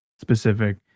specific